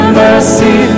mercy